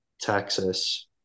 Texas